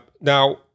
Now